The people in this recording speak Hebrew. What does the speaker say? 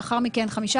לאחר מכן 15,000 שקלים.